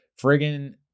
Friggin